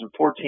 2014